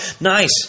nice